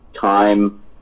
time